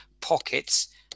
pockets